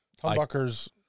humbuckers